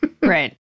Right